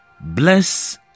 Bless